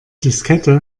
diskette